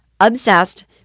obsessed